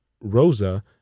Rosa